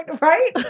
Right